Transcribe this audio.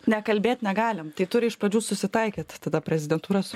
nekalbėt negalim tai turi iš pradžių susitaikyt tada prezidentūros